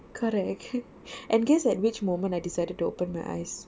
correct and guess at which moment I decided to open my eyes